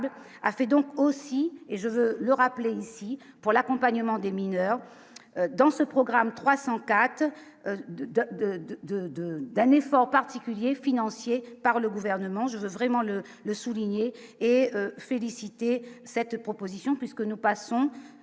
a fait donc aussi, et je veux le rappeler ici pour l'accompagnement des mineures dans ce programme 304 de, de, de, de, de, de, d'un effort particulier, financier par le gouvernement, je veux vraiment le le soulignée et cette proposition puisque nous passons